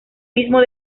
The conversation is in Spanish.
mismo